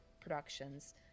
productions